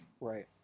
Right